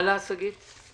הלאה, שגית.